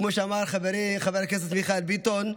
כמו שאמר חברי חבר הכנסת מיכאל ביטון,